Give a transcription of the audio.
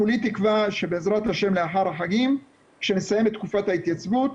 כולי תקווה שבע"ה לאחר החגים שנסיים את תקופת ההתייצבות,